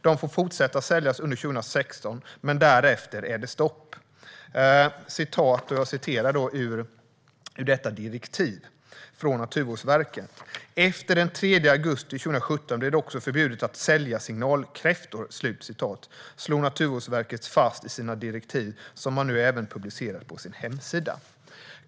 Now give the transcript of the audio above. De får fortsätta säljas under 2016, men därefter är det stopp. Efter den 3 augusti 2017 blir det också förbjudet att sälja signalkräftor, slår Naturvårdsverket fast i sina direktiv, som man nu även publicerar på sin hemsida.